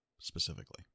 specifically